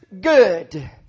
good